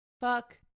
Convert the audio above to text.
Fuck